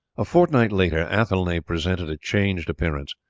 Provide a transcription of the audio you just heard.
a fortnight later athelney presented a changed appearance.